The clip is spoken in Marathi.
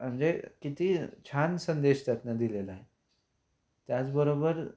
म्हणजे किती छान संदेश त्यातून दिलेला आहे त्याचबरोबर